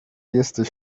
jesteś